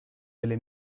delle